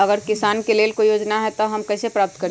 अगर किसान के लेल कोई योजना है त हम कईसे प्राप्त करी?